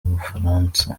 bufaransa